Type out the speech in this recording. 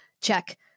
Check